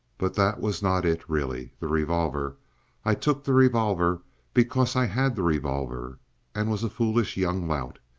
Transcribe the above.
but that was not it really! the revolver i took the revolver because i had the revolver and was a foolish young lout.